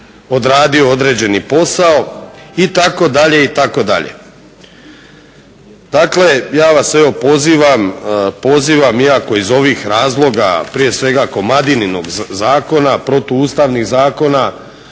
odradio određeni posao itd., itd. Dakle ja vas evo pozivam iako iz ovih razloga, a prije svega Komadininog zakona, protuustavnih zakona